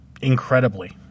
incredibly